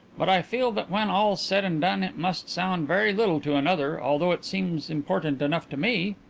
but i feel that when all's said and done it must sound very little to another, although it seems important enough to me.